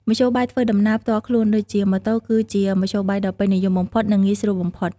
មធ្យោបាយធ្វើដំណើរផ្ទាល់ខ្លួនដូចជាម៉ូតូគឺជាមធ្យោបាយដ៏ពេញនិយមបំផុត និងងាយស្រួលបំផុត។